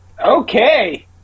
Okay